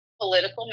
Political